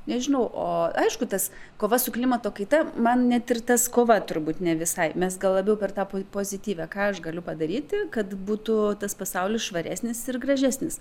nežinau o aišku tas kova su klimato kaita man net ir tas kova turbūt ne visai mes gal labiau pert tą po pozityvią ką aš galiu padaryti kad būtų tas pasaulis švaresnis ir gražesnis